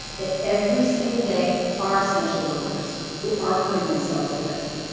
that every single day are essential workers, who are putting themselves at risk.